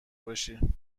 باشی